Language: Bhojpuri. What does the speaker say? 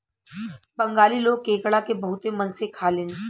बंगाली लोग केकड़ा के बहुते मन से खालेन